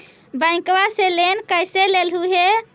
बैंकवा से लेन कैसे लेलहू हे?